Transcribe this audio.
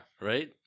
Right